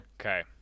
okay